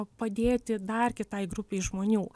padėti dar kitai grupei žmonių